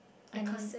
I can't